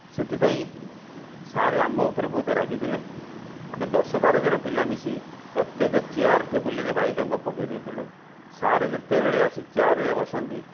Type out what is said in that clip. ସେଥିପାଇଁ ସାର ଆମ ଉପରେ ବହୁତ ରାଗିଥିଲେ ଆମେ ଦଶ ବାର ଜଣ ପିଲା ମିଶି ପ୍ରତେକ ଚେୟାର ଟେବୁଲରେ ବାଇଡ଼ଙ୍କ ପକାଇଦେଇଥିଲୁ ସାର ଯେତେବେଳେ ଆସି ଚେୟାରରେ ବସନ୍ତି